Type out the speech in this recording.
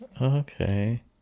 okay